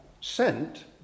sent